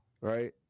right